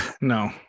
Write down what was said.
No